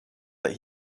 that